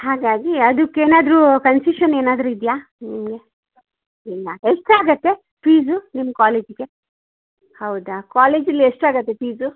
ಹಾಗಾಗಿ ಅದುಕ್ಕೆ ಏನಾದರೂ ಕನ್ಸಿಷನ್ ಏನಾದರೂ ಇದೆಯಾ ನಮಗೆ ಇಲ್ಲ ಎಷ್ಟಾಗತ್ತೆ ಫೀಸು ನಿಮ್ಮ ಕಾಲೇಜಿಗೆ ಹೌದ ಕಾಲೇಜಲ್ಲಿ ಎಷ್ಟಾಗತ್ತೆ ಫೀಸು